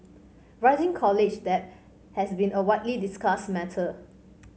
rising college debt has been a widely discussed matter